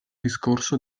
discorso